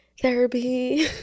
therapy